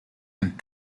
and